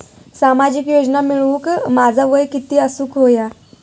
सामाजिक योजना मिळवूक माझा वय किती असूक व्हया?